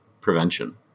prevention